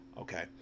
okay